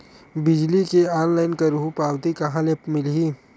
बिजली के ऑनलाइन करहु पावती कहां ले मिलही?